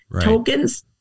tokens